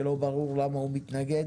שלא ברור למה הוא מתנגד.